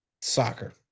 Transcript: soccer